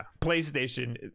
PlayStation